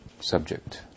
subject